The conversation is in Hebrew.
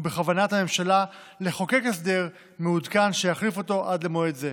ובכוונת הממשלה לחוקק הסדר מעודכן שיחליף אותו עד למועד זה.